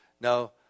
no